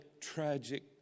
tragic